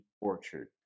orchard